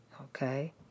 Okay